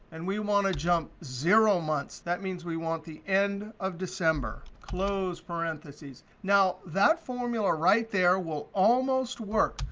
and we want to jump zero months, that means we want the end of december, close parentheses. now that formula right there will almost work,